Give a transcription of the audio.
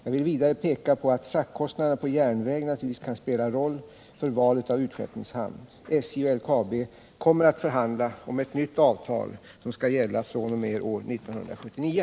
Jag vill vidare peka på att fraktkostnaderna på järnväg naturligtvis kan spela roll för valet av utskeppningshamn. SJ och LKAB kommer att förhandla om ett nytt avtal som skall gälla fr.o.m. år 1979.